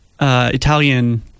Italian